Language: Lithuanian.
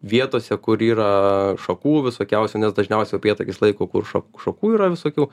vietose kur yra šakų visokiausių nes dažniausiai upėtakis laiko kur ša šakų yra visokių